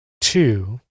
two